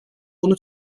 bunu